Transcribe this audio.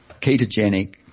ketogenic